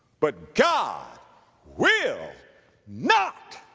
but god will not